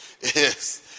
Yes